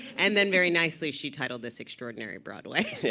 and then very nicely she titled this extraordinary broadway.